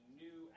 new